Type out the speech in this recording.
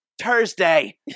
Thursday